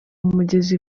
mugezi